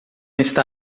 está